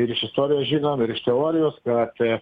ir iš istorijos žinom ir iš teorijos kad